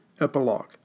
Epilogue